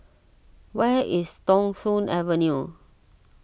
where is Thong Soon Avenue